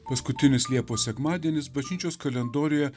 paskutinis liepos sekmadienis bažnyčios kalendoriuje